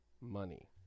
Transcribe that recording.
money